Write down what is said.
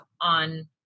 on